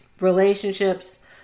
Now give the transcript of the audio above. relationships